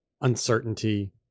uncertainty